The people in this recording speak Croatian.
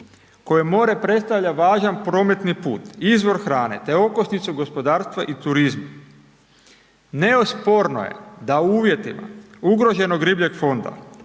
kojoj more predstavlja važan prometni put, izvor hrane, te okosnicu gospodarstva i turizma. Neosporno je da u uvjetima ugroženog ribljeg fonda,